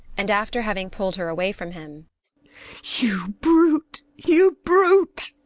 and after having pulled her away from him you brute! you brute!